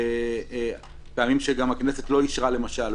היו פעמים שהכנסת לא אישרה למשל,